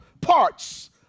parts